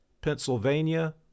Pennsylvania